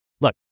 Look